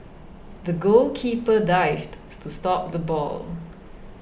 the goalkeeper dived to stop the ball